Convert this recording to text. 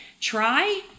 Try